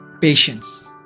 patience